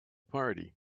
party